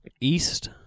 east